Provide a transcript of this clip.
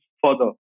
further